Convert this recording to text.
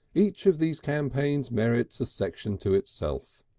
each of these campaigns merits a section to itself.